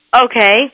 Okay